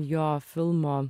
jo filmo